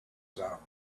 sound